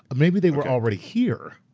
maybe they were already here.